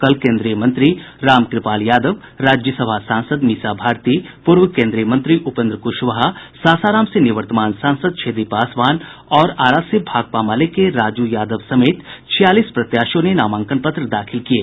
कल केंद्रीय मंत्री रामकृपाल यादव राज्यसभा सांसद मीसा भारती पूर्व केंद्रीय मंत्री उपेंद्र कुशवाहा सासाराम से निवर्तमान सांसद छेदी पासवान और आरा से भाकपा माले के राजू यादव समेत छियालीस प्रत्याशियों ने नामांकन पत्र दाखिल किये